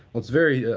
very,